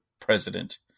president